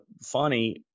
funny